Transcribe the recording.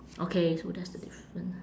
okay so that's the different